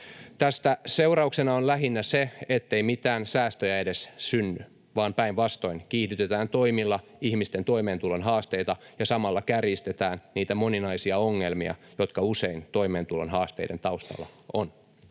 Tästä seurauksena on lähinnä se, ettei mitään säästöjä edes synny, vaan päinvastoin, kiihdytetään toimilla ihmisten toimeentulon haasteita ja samalla kärjistetään niitä moninaisia ongelmia, jotka usein toimeentulon haasteiden taustalla ovat.